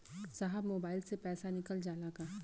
साहब मोबाइल से पैसा निकल जाला का?